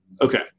Okay